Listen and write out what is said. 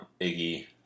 Iggy